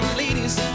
ladies